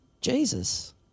Jesus